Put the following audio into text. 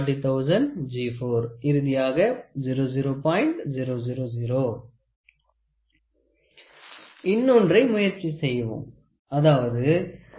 000 இன்னொன்றை முயற்சி செய்யவும் அதாவது 57